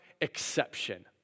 exception